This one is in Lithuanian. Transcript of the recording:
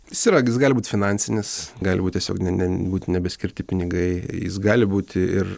jis yra jis gali būt finansinis gali būt tiesiog ne ne būti nebeskirti pinigai jis gali būti ir